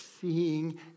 seeing